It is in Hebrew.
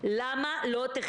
תודה רבה.